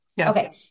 Okay